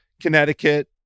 Connecticut